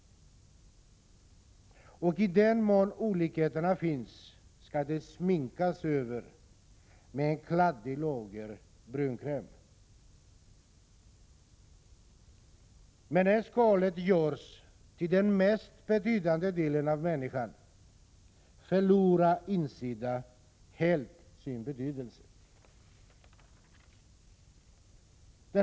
Och i den mån olikheterna finns skall de sminkas över med ett kladdigt lager av brunkräm. Men när skalet görs till den mest betydande delen av människan förlorar insidan helt sin betydelse.